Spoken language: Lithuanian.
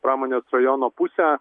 pramonės rajono pusę